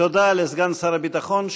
תודה לסגן שר הביטחון.